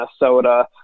Minnesota